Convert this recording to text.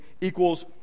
equals